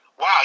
Wow